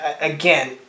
again